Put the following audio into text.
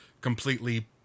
completely